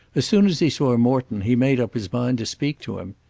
as soon as he saw morton he made up his mind to speak to him.